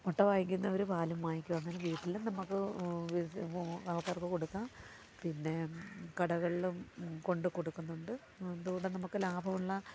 മുട്ട വാങ്ങിക്കുന്നവര് പാലും വാങ്ങിക്കും അങ്ങനെ വീട്ടിലും നമുക്ക് ആൾക്കാർക്ക് കൊടുക്കാം പിന്നെ കടകളിലും കൊണ്ടുകൊടുക്കുന്നുണ്ട് അതുകൊണ്ട് നമുക്ക് ലാഭമുള്ള